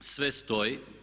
Sve stoji.